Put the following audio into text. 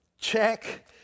check